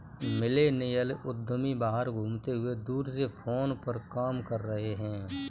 millennial उद्यमी बाहर घूमते हुए दूर से फोन पर काम कर रहे हैं